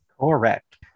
Correct